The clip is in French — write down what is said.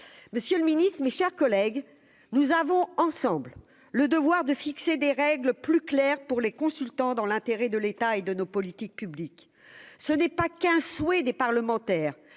monsieur le Ministre, mes chers collègues, nous avons ensemble le devoir de fixer des règles plus claires pour les consultants dans l'intérêt de l'État et de nos politiques publiques, ce n'est pas qu'un souhait des parlementaires